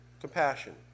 Compassion